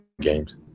games